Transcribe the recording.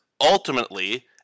ultimately